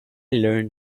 learn